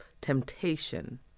temptation